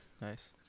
Nice